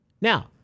Now